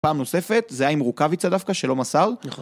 פעם נוספת, זה היה עם רוקאביציה דווקא, שלא מסר.